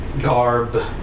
garb